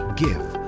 give